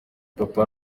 papa